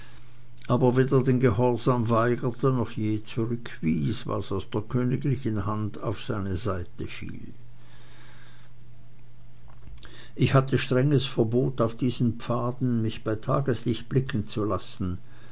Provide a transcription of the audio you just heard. aber weder den gehorsam weigerte noch je zurückwies was aus der königlichen hand auf seine seite fiel ich hatte strenges verbot auf diesen pfaden mich bei tageslichte blicken zu lassen